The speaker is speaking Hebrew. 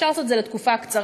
אפשר לעשות את זה לתקופה קצרה,